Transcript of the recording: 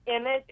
image